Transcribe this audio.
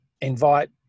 invite